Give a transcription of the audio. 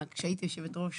כשהייתי יושבת ראש,